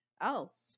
else